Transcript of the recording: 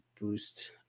boost